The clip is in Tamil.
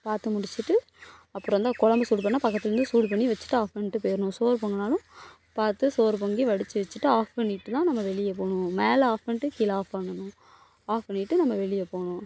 பார்த்து முடிச்சிவிட்டு அப்புறம் தான் குலம்பு சூடு பண்ணால் பக்கத்தில் இருந்து சூடு பண்ணி வச்சிவிட்டு ஆஃப் பண்ணிட்டு போயிரணும் சோறு பொங்கினாலும் பார்த்து சோறு பொங்கி வடிச்சு வச்சிவிட்டு ஆஃப் பண்ணிவிட்டு தான் நம்ம வெளியே போகணும் மேலே ஆஃப் பண்ணிட்டு கீழ ஆஃப் பண்ணணும் ஆஃப் பண்ணிவிட்டு நம்ப வெளியே போகணும்